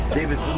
David